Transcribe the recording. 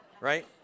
right